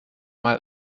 mal